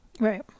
Right